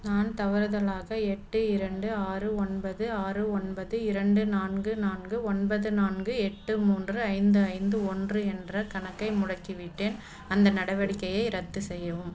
நான் தவறுதலாக எட்டு இரண்டு ஆறு ஒன்பது ஆறு ஒன்பது இரண்டு நான்கு நான்கு ஒன்பது நான்கு எட்டு மூன்று ஐந்து ஐந்து ஒன்று என்ற கணக்கை முடக்கிவிட்டேன் அந்த நடவடிக்கையை ரத்து செய்யவும்